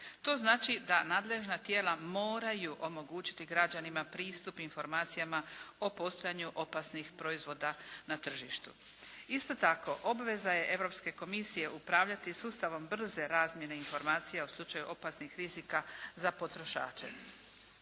To znači da nadležna tijela moraju omogućiti građanima pristup informacijama o postojanju opasnih proizvoda na tržištu. Isto tako obveza je Europske komisije upravljati sustavom brze razmjene informacija u slučaju opasnih rizika za potrošače.